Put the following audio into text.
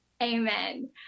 Amen